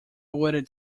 wanted